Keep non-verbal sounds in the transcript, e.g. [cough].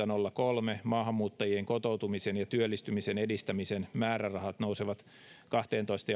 [unintelligible] nolla kolme maahanmuuttajien kotoutumisen ja työllistymisen edistämisen määrärahat nousevat kahteentoista [unintelligible]